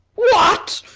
what!